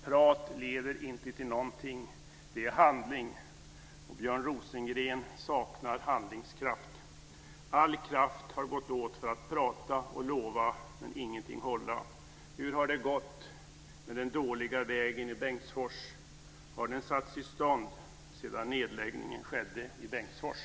Prat leder inte till någonting; det gör handling, och Björn Rosengren saknar handlingskraft. All kraft har gått åt till att prata och lova, men ingenting hålla! Hur har det gått med den dåliga vägen i Bengtsfors? Har den satts i stånd sedan nedläggningen skedde i Bengtsfors?